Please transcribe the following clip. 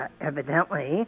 evidently